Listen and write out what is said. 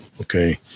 Okay